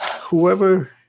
Whoever